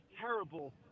terrible